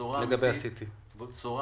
אני מקווה